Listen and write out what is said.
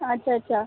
अच्छा अच्छा